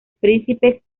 príncipes